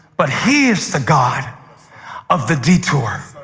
but he is the god of the detour?